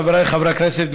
חבריי חברי הכנסת,